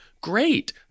great